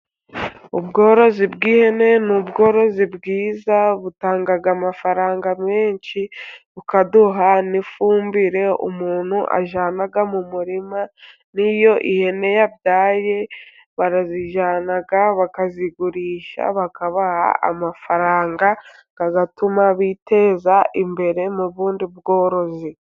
Ubworozi bw'ihene ni ubworozi bwiza butanga amafaranga menshi, bukaduha n'ifumbire umuntu ajyana mu murima, n'iyo ihene yabyaye barazijyana bakazigurisha, bakabaha amafaranga, agatuma biteza imbere mu bundi bworozi.